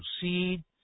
proceed